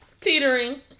Teetering